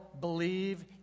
believe